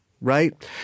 right